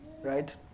right